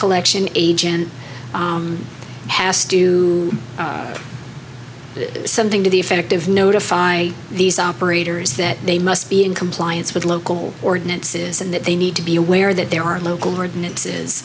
collection agent has to do something to the effect of notify these operators that they must be in compliance with local ordinances and that they need to be aware that there are local ordinance